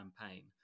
campaign